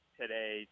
today